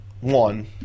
one